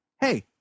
hey